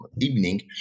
evening